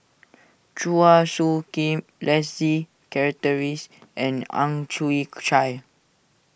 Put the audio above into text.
Chua Soo Khim Leslie Charteris and Ang Chwee Chai